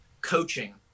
coaching